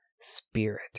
spirit